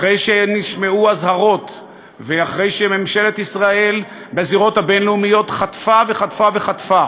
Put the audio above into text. אחרי שנשמעו אזהרות ואחרי שממשלת ישראל חטפה וחטפה וחטפה